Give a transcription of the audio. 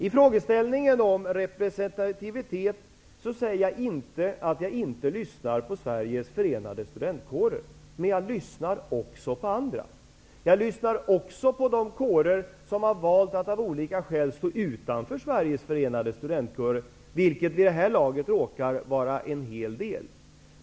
I frågeställningen om representativitet, säger jag inte att jag inte lyssnar på Sveriges Förenade studentkårer, men jag lyssnar även på andra. Jag lyssnar också på de kårer som av olika skäl har valt att stå utanför Sveriges Förenade studentkårer, vilket vid det här laget råkar vara en hel del.